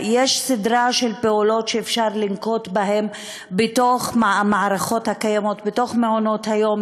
יש סדרה של פעולות שאפשר לנקוט במערכות הקיימות במעונות-היום,